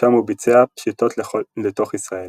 משם הוא ביצע פשיטות לתוך ישראל.